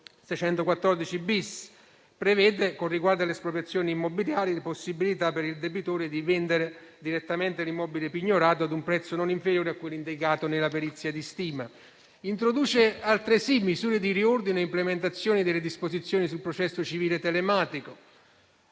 Viene prevista, con riguardo alle espropriazioni immobiliari, la possibilità per il debitore di vendere direttamente immobile pignorato ad un prezzo non inferiore a quello indicato nella perizia di stima. Il testo introduce altresì misure di riordino e implementazione delle disposizioni sul processo civile telematico;